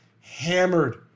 hammered